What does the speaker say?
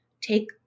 take